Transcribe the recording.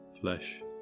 flesh